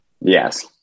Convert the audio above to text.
yes